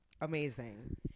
amazing